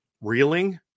reeling